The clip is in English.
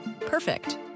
Perfect